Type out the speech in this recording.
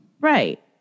Right